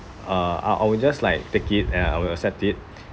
uh I I will just like take it and I will accept it